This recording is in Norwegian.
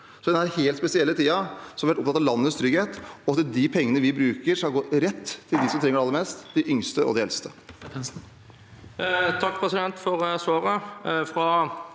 I denne helt spesielle tiden har vi vært opptatt av landets trygghet, og at de pengene vi bruker, skal gå rett til dem som trenger det aller mest, de yngste og de eldste.